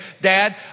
Dad